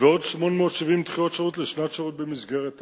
ועוד 870 דחיות שירות לשנת שירות במסגרת הנח"ל.